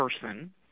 person